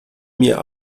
mir